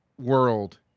world